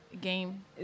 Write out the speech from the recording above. game